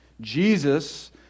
Jesus